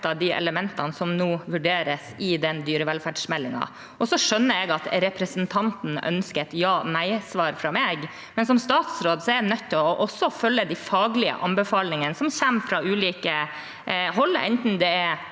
elementene som nå vurderes i den dyrevelferdsmeldingen. Jeg skjønner at representanten ønsker et ja/nei-svar fra meg, men som statsråd er jeg nødt til å også følge de faglige anbefalingene som kommer fra ulike hold, enten det er